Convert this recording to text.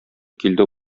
килде